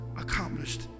accomplished